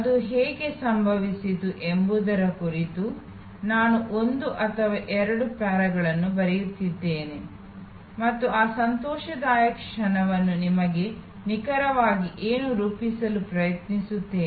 ಅದು ಹೇಗೆ ಸಂಭವಿಸಿತು ಎಂಬುದರ ಕುರಿತು ನಾನು ಒಂದು ಅಥವಾ ಎರಡು ಪರಿಚ್ಛೇದಗಳನ್ನು ಬರೆಯುತ್ತಿದ್ದೇನೆ ಮತ್ತು ಆ ಸಂತೋಷದಾಯಕ ಕ್ಷಣವನ್ನು ನಿಮಗೆ ನಿಖರವಾಗಿ ನಿರೂಪಿಸಲು ಪ್ರಯತ್ನಿಸುತ್ತೇನೆ